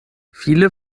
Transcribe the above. viele